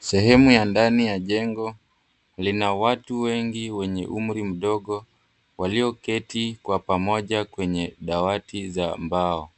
Sehemu ya ndani ya jengo lina watu wengi wenye umri mdogo walioketi kwa pamoja kwenye dawati za mbao.